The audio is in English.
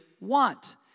want